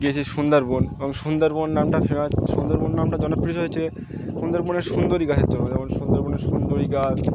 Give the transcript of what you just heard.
গিয়েছে সুন্দরবন এবং সুন্দরবন নামটা ফেমাস সুন্দরবন নামটা জনপ্রিয় হয়েছে সুন্দরবনের সুন্দরী গাছের জন্য যেমন সুন্দরবনের সুন্দরী গাছ